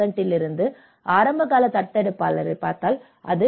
4 இலிருந்து ஆரம்பகால தத்தெடுப்பாளரைப் பார்த்தால் அது 2